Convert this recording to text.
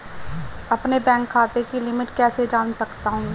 अपने बैंक खाते की लिमिट कैसे जान सकता हूं?